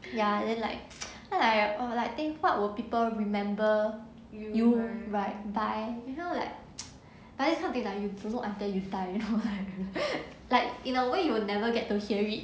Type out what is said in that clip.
ya then like feel like oh like think what would people remember you right by you know like but it's kind of thing like you don't know until you die you know like in a way you will never get to hear it